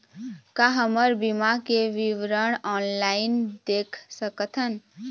का हमर बीमा के विवरण ऑनलाइन देख सकथन?